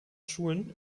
schulen